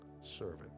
servant